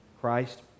Christ